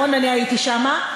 נכון, הייתי שם.